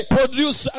produce